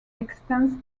extends